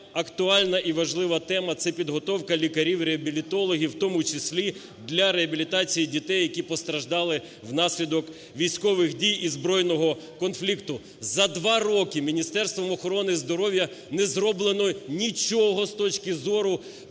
актуальна і важлива тема – це підготовка лікарів-реабілітологів, в тому числі, для реабілітації дітей, які постраждали внаслідок військових дій і збройного конфлікту. За два роки Міністерством охорони здоров'я не зроблено нічого з точки зору